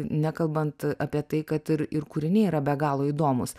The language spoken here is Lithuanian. nekalbant apie tai kad ir ir kūriniai yra be galo įdomūs